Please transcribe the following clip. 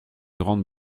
grande